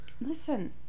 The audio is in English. listen